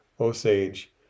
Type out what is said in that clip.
Osage